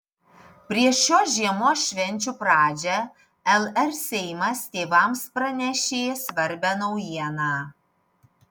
prieš šios žiemos švenčių pradžią lr seimas tėvams pranešė svarbią naujieną